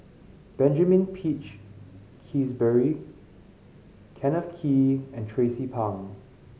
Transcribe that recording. Benjamin Peach Keasberry Kenneth Kee and Tracie Pang